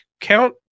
Count